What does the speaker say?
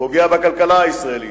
פוגע בכלכלה הישראלית,